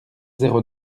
zéro